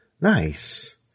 nice